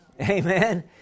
Amen